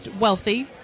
wealthy